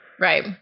Right